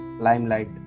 Limelight